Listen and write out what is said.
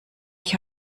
ich